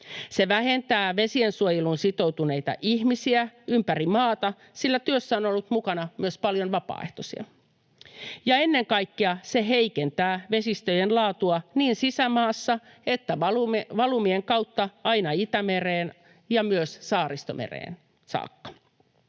Se vähentää vesiensuojeluun sitoutuneita ihmisiä ympäri maata, sillä työssä on ollut mukana myös paljon vapaaehtoisia. Ja ennen kaikkea se heikentää vesistöjen laatua niin sisämaassa kuin valumien kautta aina Itämereen ja myös Saaristomereen saakka.